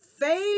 favorite